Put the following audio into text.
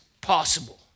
possible